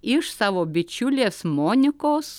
iš savo bičiulės monikos